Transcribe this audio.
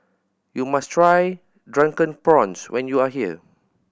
you must try Drunken Prawns when you are here